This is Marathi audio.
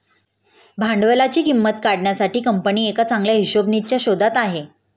भांडवलाची किंमत काढण्यासाठी कंपनी एका चांगल्या हिशोबनीसच्या शोधात आहे